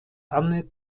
anne